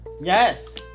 Yes